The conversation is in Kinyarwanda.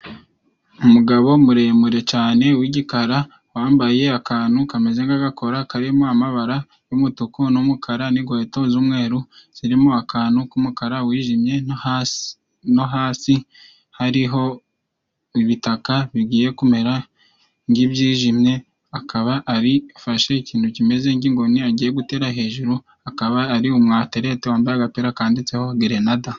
Umugabo muremure cane w'igikara, wambaye akantu kameze nk'agakora, karimo amabara y'umutuku n'umukara n'inkweto z'umweru zirimo akantu k'umukara wijimye no hasi. No hasi hariho ibitaka bigiye kumera ng'ibyijimye akaba arifashe ikintu kimeze ng'ingoni agiye gutera hejuru akaba ari umwaterete wambaye agapira kanditseho gerenada.